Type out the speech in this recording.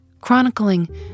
chronicling